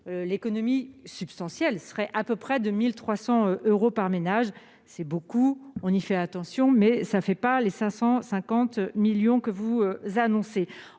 l'économie substantielle serait à peu près 2300 euros par ménage, c'est beaucoup, on y fait attention mais ça ne fait pas les 550 millions que vous annoncez